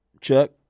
Chuck